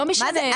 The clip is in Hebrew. לא משנה.